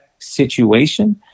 situation